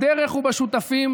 בדרך ובשותפים.